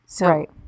Right